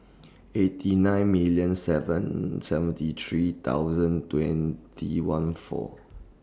eighty nine million seven seventy three thousand twenty one four